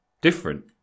different